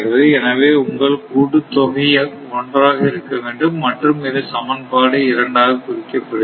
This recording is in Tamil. எனவே உங்கள் கூட்டுத்தொகை ஒன்றாக இருக்க வேண்டும் மற்றும் இது சமன்பாடு இரண்டாக குறிக்கப்படுகிறது